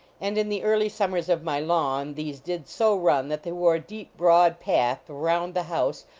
and in the early summers of my lawn these did so run that they wore a deep, broad path around the house,